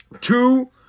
two